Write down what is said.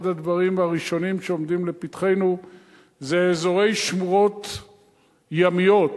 אחד הדברים הראשונים שעומדים לפתחנו זה אזורי שמורות ימיות,